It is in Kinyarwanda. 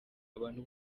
abantu